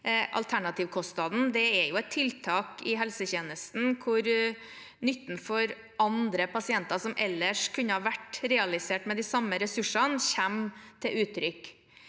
Alternativkostnaden er jo et tiltak i helsetjenesten hvor nytten for andre pasienter som ellers kunne ha vært realisert med de samme ressursene, kommer til uttrykk.